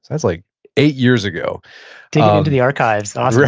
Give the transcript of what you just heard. that's like eight years ago take it into the archives. awesome